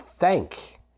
Thank